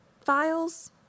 files